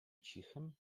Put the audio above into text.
cichym